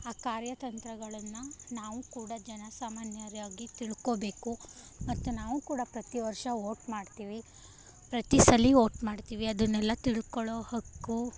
ಆ ಕಾರ್ಯತಂತ್ರಗಳನ್ನ ನಾವು ಕೂಡ ಜನಸಾಮಾನ್ಯರಾಗಿ ತಿಳ್ಕೊಳ್ಬೇಕು ಮತ್ತು ನಾವು ಕೂಡ ಪ್ರತಿವರ್ಷ ವೋಟ್ ಮಾಡ್ತೀವಿ ಪ್ರತಿ ಸಲ ವೋಟ್ ಮಾಡ್ತೀವಿ ಅದನ್ನೆಲ್ಲ ತಿಳ್ಕೊಳ್ಳುವ ಹಕ್ಕು